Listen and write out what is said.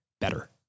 better